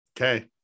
Okay